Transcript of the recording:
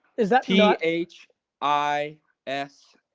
is that t um h i s,